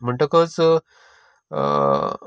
म्हणटकच